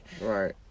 right